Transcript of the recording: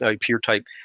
peer-type